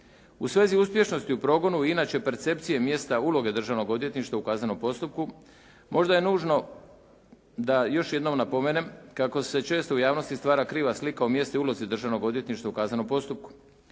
U svezi uspješnosti o progonu i inače percepcije, mjesta i uloge državnog odvjetništva u kaznenom postupku, možda je nužno da još jednom napomenem kako se često u javnosti stvara kriva slika o mjestu i ulozi državnog odvjetništva u kaznenom postupku.